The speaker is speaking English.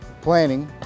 planning